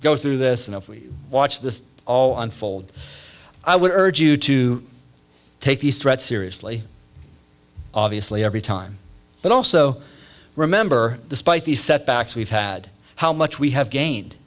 go through this and if we watch this all unfold i would urge you to take these threats seriously obviously every time but also remember despite the setbacks we've had how much we have gained